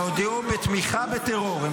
הם הודיעו על תמיכה בטרור.